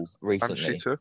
recently